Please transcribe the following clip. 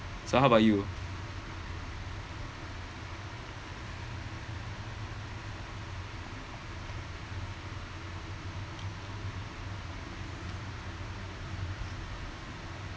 so how about you